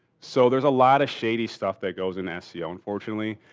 so there's a lot of shady stuff that goes in ah seo unfortunately.